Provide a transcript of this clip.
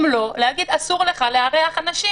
אם לא, להגיד אסור לך לארח אנשים.